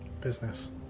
business